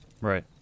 Right